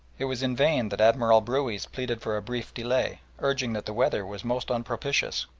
it was in vain that admiral brueys pleaded for a brief delay, urging that the weather was most unpropitious,